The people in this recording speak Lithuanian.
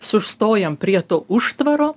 sustojam prie to užtvaro